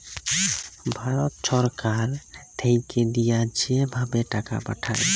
ভারত ছরকার থ্যাইকে দিঁয়া যে ভাবে টাকা পাঠায়